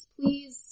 Please